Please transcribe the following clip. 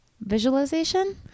visualization